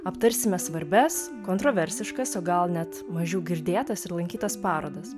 aptarsime svarbias kontroversiškas o gal net mažiau girdėtas ir lankytas parodas